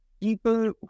people